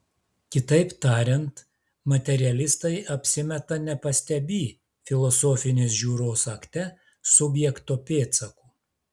kitaip tariant materialistai apsimeta nepastebį filosofinės žiūros akte subjekto pėdsakų